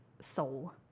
soul